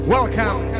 Welcome